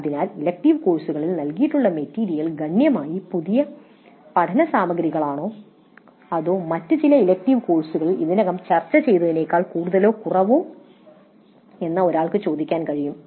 അതിനാൽ ആ ഇലക്ടീവ് കോഴ്സിൽ നൽകിയിട്ടുള്ള മെറ്റീരിയൽ ഗണ്യമായി പുതിയ പഠന സാമഗ്രികളാണോ അതോ മറ്റ് ചില ഇലക്ടീവ് കോഴ്സുകളിൽ ഇതിനകം ചർച്ച ചെയ്തതിനേക്കാൾ കൂടുതലോ കുറവോ എന്ന് ഒരാൾക്ക് ചോദിക്കാൻ കഴിയും